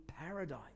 paradise